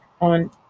on